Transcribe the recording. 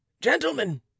Gentlemen